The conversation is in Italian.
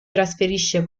trasferisce